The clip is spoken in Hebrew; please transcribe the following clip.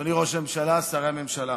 אדוני ראש הממשלה, שרי הממשלה,